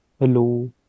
Hello